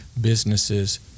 businesses